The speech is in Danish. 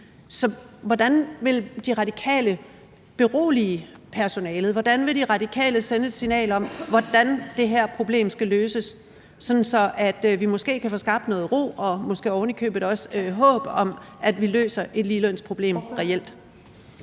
Så hvordan vil De Radikale berolige personalet? Hvordan vil De Radikale sende et signal om, hvordan det her problem skal løses, sådan at vi måske kan få skabt noget ro og måske ovenikøbet også håb om, at vi løser et ligelønsproblem reelt?